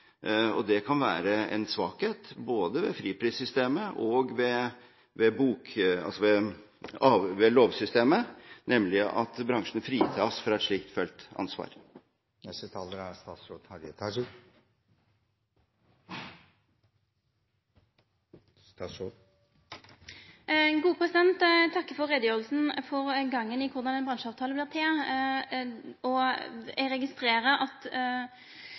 litteraturpolitikken. Det kan være en svakhet, både ved friprissystemet og ved lovsystemet, at bransjen fritas fra et slikt ansvar. Eg takkar for utgreiinga for gangen i korleis i ein bransjeavtale vert til. Eg registrerer at